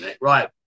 Right